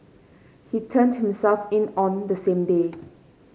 he turned himself in on the same day